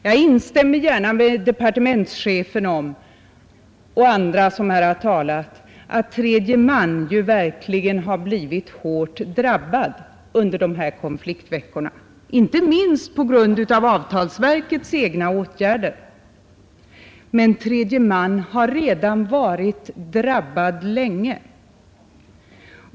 Jag instämmer gärna med departementschefen och andra som här har talat om att tredje man verkligen blivit hårt drabbad under de här konfliktveckorna — inte minst på grund av avtalsverkets egna åtgärder. Men tredje man har redan varit drabbad länge.